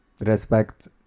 respect